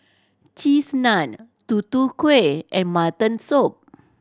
Cheese Naan Tutu Kueh and mutton soup